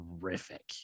terrific